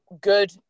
good